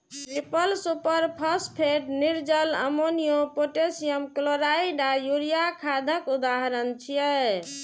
triple superphosphate, निर्जल ammonia, potassium chloride आ urea खादक उदाहरण छियै